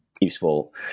useful